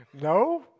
No